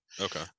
Okay